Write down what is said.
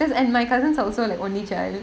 because and my cousins are also like only child